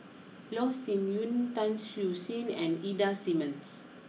Loh Sin Yun Tan Siew Sin and Ida Simmons